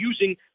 using